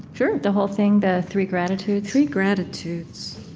sure the whole thing, the three gratitudes three gratitudes,